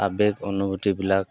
আৱেগ অনুভূতিবিলাক